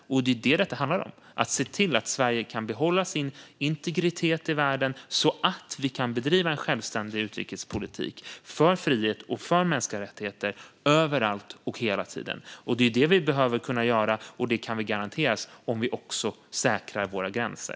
Och det är det som det handlar om: att se till att Sverige kan behålla sin integritet i världen så att vi kan bedriva en självständig utrikespolitik för frihet och för mänskliga rättigheter överallt och hela tiden. Det är det vi behöver kunna göra, och det kan vi garanteras om vi också säkrar våra gränser.